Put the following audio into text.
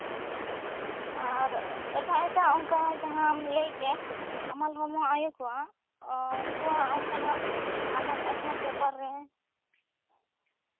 ᱟᱨ ᱮᱴᱟᱜ ᱮᱴᱟᱜ ᱚᱱᱠᱟᱱ ᱡᱟᱸᱦᱟᱢ ᱞᱟᱹᱭ ᱠᱮᱜ ᱮᱢ ᱦᱟᱢᱟᱞ ᱦᱚᱲᱢᱚ ᱟᱹᱭᱩ ᱠᱚᱣᱟᱜ ᱚᱱᱠᱟᱱᱟᱜ ᱟᱱᱟᱴ ᱟᱸᱡᱷᱟᱴ ᱵᱮᱯᱟᱨᱨᱮ